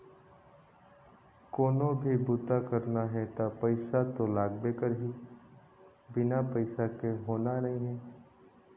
कोनो भी बूता करना हे त पइसा तो लागबे करही, बिना पइसा के होना नइ हे